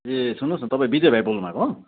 ए सुन्नुहोस् न तपाईँ विजय भाइ बोल्नुभएको हो